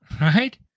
right